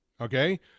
Okay